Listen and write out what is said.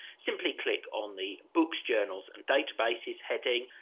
simply click on the books journals and databases heading.